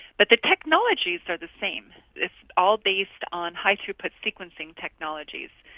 but the technologies are the same, it's all based on high throughput sequencing technologies.